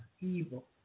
evil